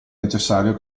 necessario